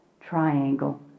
triangle